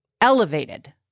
elevated